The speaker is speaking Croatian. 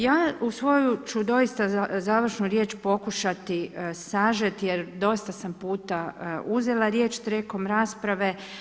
Ja u svoju ću doista završnu riječ pokušati sažeti jer dosta sam puta uzela riječ tijekom rasprave.